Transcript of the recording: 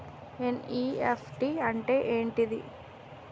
NEFT అంటే ఏంటిది?